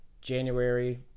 January